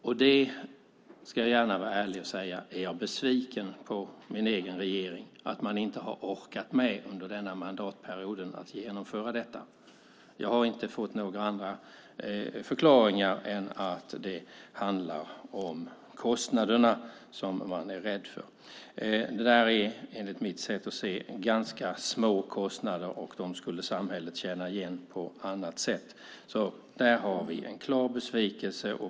Och jag ska gärna vara ärlig och säga att jag är besviken på att min egen regering inte har orkat med att genomföra detta under denna mandatperiod. Jag har inte fått några andra förklaringar än att det handlar om att man är rädd för kostnaderna. Det är, enligt mitt sätt att se det, ganska små kostnader som samhället skulle tjäna in på annat sätt. Där känner jag en klar besvikelse.